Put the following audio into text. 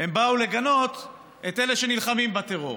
הן באו לגנות את אלה שנלחמים בטרור,